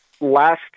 last